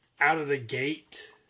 out-of-the-gate